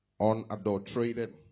Unadulterated